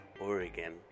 oregon